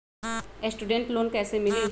Student loan कैसे मिली?